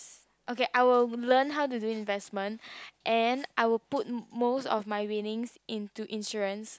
okay I will learn how to do investment and I will put most of my winnings into insurance